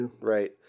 right